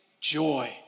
joy